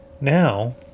Now